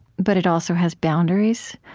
but it also has boundaries.